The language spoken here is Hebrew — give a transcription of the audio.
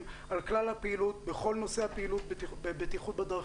על כלל הפעילות בכל נושא הפעילות בבטיחות בדרכים.